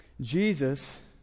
Jesus